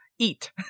eat